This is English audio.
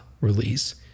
release